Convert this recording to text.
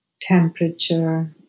temperature